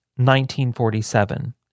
1947